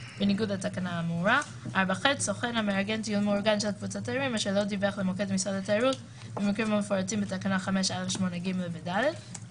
בהמשך לדבריו של חבר הכנסת לשעבר, דב